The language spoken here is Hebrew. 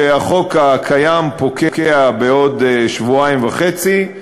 שהחוק הקיים פוקע בעוד שבועיים וחצי,